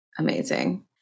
amazing